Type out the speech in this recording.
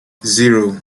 zero